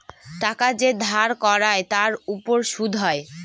টাকা যে ধার করায় তার উপর সুদ হয়